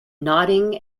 nodding